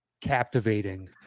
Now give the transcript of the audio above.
captivating